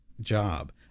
job